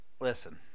listen